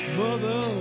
mother